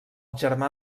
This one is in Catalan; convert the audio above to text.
germà